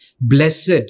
Blessed